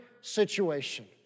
situation